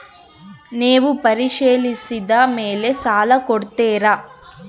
ನೇವು ಪರಿಶೇಲಿಸಿದ ಮೇಲೆ ಸಾಲ ಕೊಡ್ತೇರಾ?